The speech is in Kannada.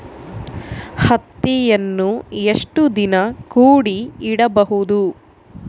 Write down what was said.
ಹತ್ತಿಯನ್ನು ಎಷ್ಟು ದಿನ ಕೂಡಿ ಇಡಬಹುದು?